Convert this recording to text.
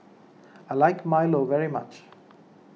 I like Milo very much